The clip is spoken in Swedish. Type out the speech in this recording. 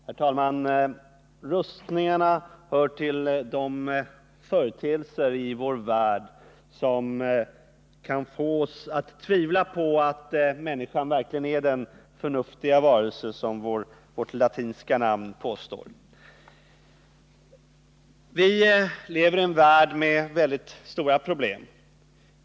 Herr talman! Nedrustningarna hör till de företeelser i vår värld som kan få oss att tvivla på att människan verkligen är den förnuftiga varelse som vårt latinska namn påstår. Vi lever i en värld med väldigt stora problem.